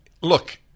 look